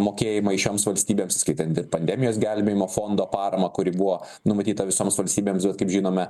mokėjimai šioms valstybėms įskaitant ir pandemijos gelbėjimo fondo paramą kuri buvo numatyta visoms valstybėms vat kaip žinome